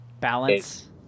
balance